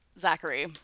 Zachary